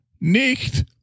nicht